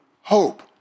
hope